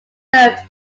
served